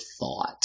thought